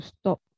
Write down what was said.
stop